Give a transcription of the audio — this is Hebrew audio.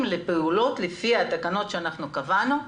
לפעולות לפי התקנות שאנחנו התקנו.